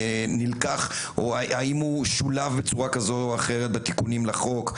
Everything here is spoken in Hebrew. אם הוא שולב בצורה כזו או אחרת בתיקונים לחוק,